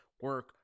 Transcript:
Work